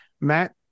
Matt